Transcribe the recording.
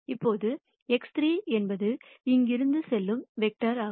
இப்போது X3 என்பது இங்கிருந்து செல்லும் வெக்டர் ஆகும்